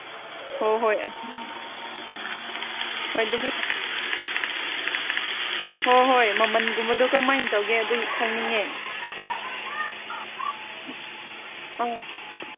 ꯍꯣꯏ ꯍꯣꯏ ꯑꯗꯨꯃꯥꯏꯅ ꯍꯣꯏ ꯍꯣꯏ ꯃꯃꯟꯒꯨꯝꯕꯗꯨ ꯀꯃꯥꯏꯅ ꯇꯧꯒꯦ ꯑꯗꯨ ꯈꯪꯅꯤꯡꯉꯦ ꯑꯥ